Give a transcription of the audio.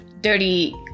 dirty